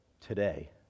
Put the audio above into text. today